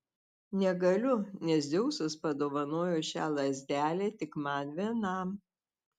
negaliu nes dzeusas padovanojo šią lazdelę tik man vienam